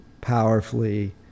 powerfully